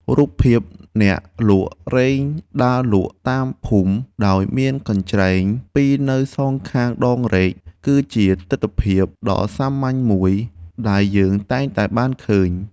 រូបភាពអ្នកលក់រែកដើរលក់តាមភូមិដោយមានកញ្ច្រែងពីរនៅសងខាងដងរែក គឺជាទិដ្ឋភាពដ៏សាមញ្ញមួយដែលយើងតែងតែបានឃើញ។